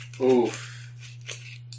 Oof